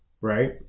right